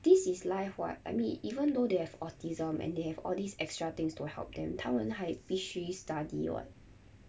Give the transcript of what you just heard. this is life what I mean even though they have autism and they have all these extra things to help them 他们还必须 study [what]